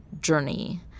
journey